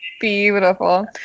Beautiful